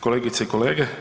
Kolegice i kolege.